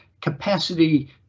capacity